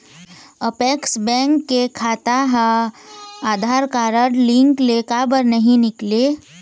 Apex bank के पैसा हा आधार कारड लिंक ले काबर नहीं निकले?